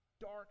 dark